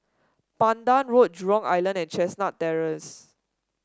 Pandan Road Jurong Island and Chestnut Terrace